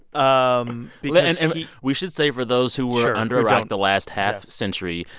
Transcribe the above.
um lin and we should say, for those who were under a rock the last half century.